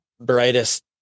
brightest